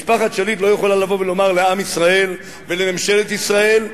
משפחת שליט לא יכולה לבוא ולומר לעם ישראל ולממשלת ישראל: